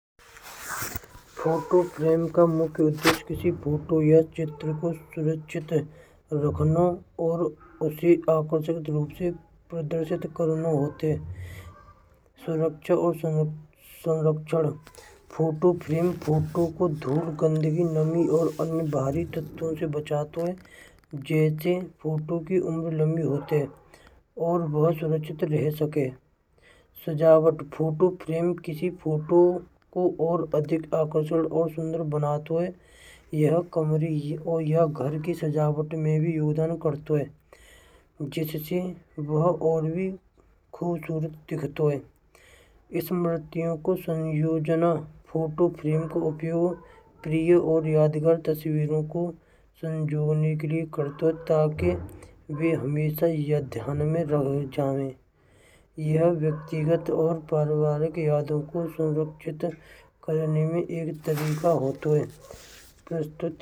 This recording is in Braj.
फोटो फ्रेम का मुख्य उद्देश्य किसी फ़ोटो या चित्र को सुनिश्चित रखना। और उसका उपयोग आकर्षित रूप से करना होता है। सुरक्षा और संरक्षण। फोटो फ्रेम फोटो को धूल, गंदगी नामें और इन भारी तत्वों से बचाता है। जैसे फोटो की उम्र लंबी होती है। और बहुत सुरक्षित रह सके। सजावट फोटो फ्रेम किसी फोटो को और अधिक आकर्षण और सुंदर बनाते हुए। यह कमरे या घर की सजावट में भी योजना करते हुए होता है। जिससे वह और भी खूबसूरत दिखाता है। स्मृतियों को संयोजना फोटो फ्रेम का उपयोग प्रिय और यादगार तस्वीर को जोड़ने के लिए करता है। हमेशा ध्यान में रखता है। यह व्यक्तित्व और परिवार की यादों को सुरक्षित करने में एक तरीको होता है।